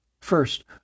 first